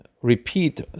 repeat